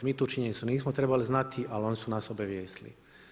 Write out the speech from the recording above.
Mi tu činjenicu nismo trebali znati, ali oni su nas obavijestili.